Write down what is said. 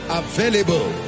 available